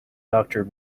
doctor